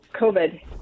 COVID